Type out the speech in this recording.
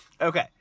Okay